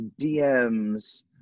dms